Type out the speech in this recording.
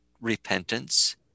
repentance